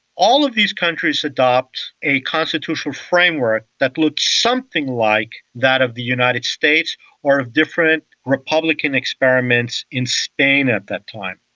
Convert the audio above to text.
all of these countries adopt a constitutional framework that looked something like that of the united states or different republican experiments in spain at that time.